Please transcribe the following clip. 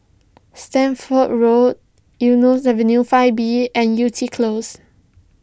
Stamford Road Eunos Avenue five b and Yew Tee Close